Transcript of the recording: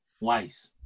wise